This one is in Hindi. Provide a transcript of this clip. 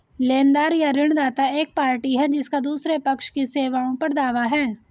लेनदार या ऋणदाता एक पार्टी है जिसका दूसरे पक्ष की सेवाओं पर दावा है